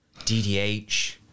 ddh